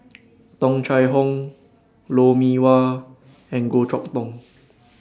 Tung Chye Hong Lou Mee Wah and Goh Chok Tong